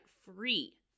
free